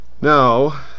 Now